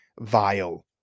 vile